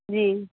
जी